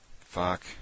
Fuck